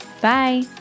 Bye